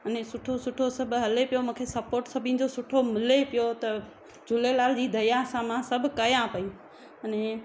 अने सुठो सुठो सभु हले पियो मूंखे सपोट सभिनि जो सुठो मिले पियो त झूलेलाल जी दया सां मां सभु कयां पई अने